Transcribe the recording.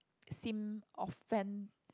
seem offend